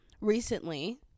recently